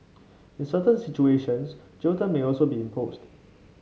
in certain situations jail terms may also be imposed